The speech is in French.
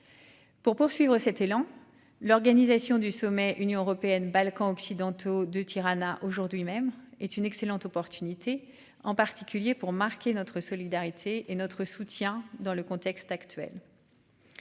Pour poursuivre cet élan. L'organisation du sommet Union européenne Balkans occidentaux de Tirana aujourd'hui même est une excellente opportunité, en particulier pour marquer notre solidarité et notre soutien dans le contexte actuel.--